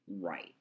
right